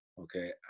Okay